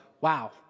wow